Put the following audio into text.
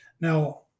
Now